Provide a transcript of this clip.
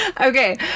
Okay